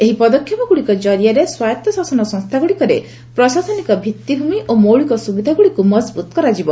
ଏହି ପଦକ୍ଷେପଗୁଡ଼ିକ ଜରିଆରେ ସ୍ୱାୟତ୍ତ ଶାସନ ସଂସ୍ଥାଗୁଡ଼ିକରେ ପ୍ରଶାସନିକ ଭିଭି଼ମି ଓ ମୌଳିକ ସୁବିଧାଗୁଡ଼ିକୁ ମଜବୁତ୍ କରାଯିବ